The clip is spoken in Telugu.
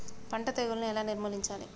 పంట తెగులుని ఎలా నిర్మూలించాలి?